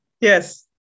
Yes